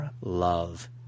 love